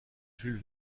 jules